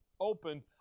opened